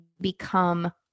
become